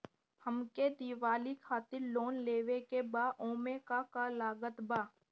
हमके दिवाली खातिर लोन लेवे के बा ओमे का का लागत बा?